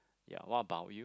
ya what about you